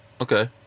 okay